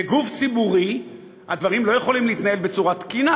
בגוף ציבורי הדברים לא יכולים להתנהל בצורה תקינה.